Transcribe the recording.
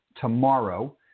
tomorrow